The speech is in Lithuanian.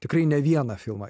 tikrai ne vieną filmą